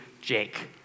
Jake